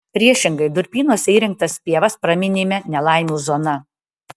priešingai durpynuose įrengtas pievas praminėme nelaimių zona